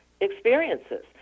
experiences